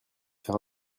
faire